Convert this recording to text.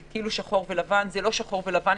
כאילו זה שחור ולבן: זה לא שחור ולבן,